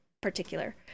particular